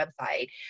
website